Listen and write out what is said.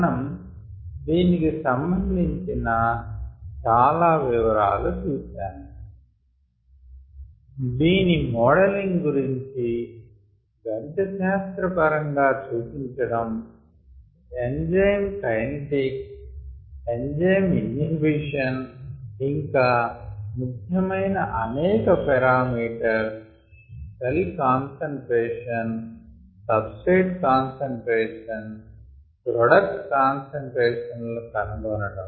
మనం దీనికి సంబంధించిన చాలా వివరాలు చూశాము దీని మోడలింగ్ గురించి గణిత శాస్త్ర పరంగా చూపించటం ఎంజైమ్ కైనెటిక్స్ ఎంజైమ్ ఇన్హిబిషన్ ఇంకా ముఖ్యమైన అనేక parameters cell concentration substrate concentration product concentration లను కనుగొనడం